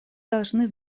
должны